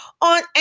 on